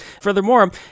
Furthermore